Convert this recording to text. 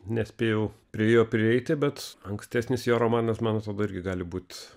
nespėjau prie jo prieiti bet ankstesnis jo romanas man atrodo irgi gali būt